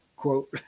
quote